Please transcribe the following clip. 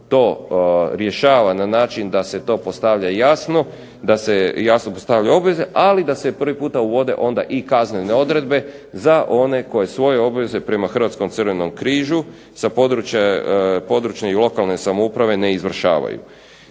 to rješava na način da se to postavlja jasno, da se jasno postavljaju obveze, ali da se prvi puta uvode onda i kaznene odredbe za one koje svoje obveze prema Hrvatskom crvenom križu sa područne i lokalne samouprave ne izvršavaju.